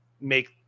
make